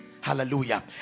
hallelujah